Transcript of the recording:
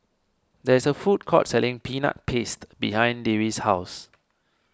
there is a food court selling Peanut Paste behind Dewey's house